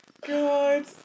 God